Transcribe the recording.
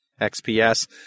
XPS